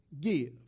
give